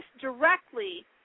directly